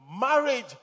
marriage